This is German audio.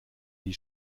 die